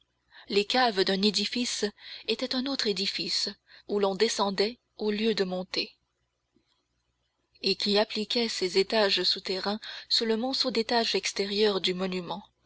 les caves d'un édifice étaient un autre édifice où l'on descendait au lieu de monter et qui appliquait ses étages souterrains sous le monceau d'étages extérieurs du monument